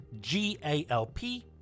G-A-L-P